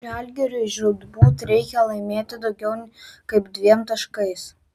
žalgiriui žūtbūt reikia laimėti daugiau kaip dviem taškais